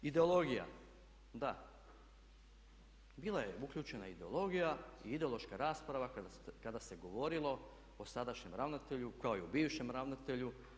Ideologija, da bila je uključena ideologija i ideološka rasprava kada se govorilo o sadašnjem ravnatelju kao i o bivšem ravnatelju.